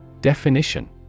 Definition